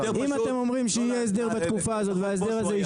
אם אתם אומרים שיהיה הסדר בתקופה הזאת וההסדר הזה גם